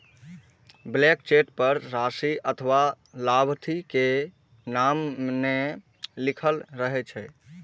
blank cheque पर राशि अथवा लाभार्थी के नाम नै लिखल रहै छै